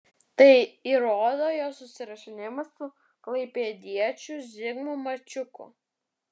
tai įrodo jo susirašinėjimas su klaipėdiečiu zigmu mačiuku